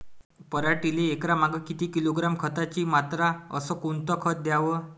पराटीले एकरामागं किती किलोग्रॅम खताची मात्रा अस कोतं खात द्याव?